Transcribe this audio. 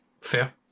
Fair